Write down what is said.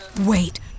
Wait